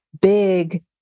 big